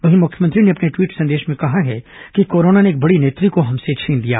वहीं मुख्यमंत्री ने अपने ट्वीट संदेश में कहा है कि कोरोना ने एक बड़ी नेत्री को हमसे छीन लिया